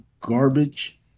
garbage